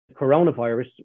coronavirus